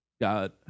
God